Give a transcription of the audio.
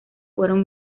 fueron